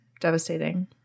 Devastating